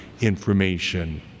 information